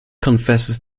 confesses